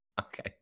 Okay